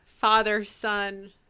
father-son